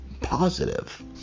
positive